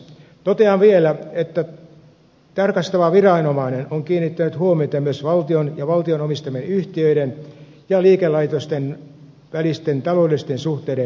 totean vielä että tarkastava viranomainen on kiinnittänyt huomiota myös valtion ja valtion omistamien yhtiöiden ja liikelaitosten välisten taloudellisten suhteiden läpinäkyvyyteen